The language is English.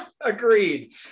Agreed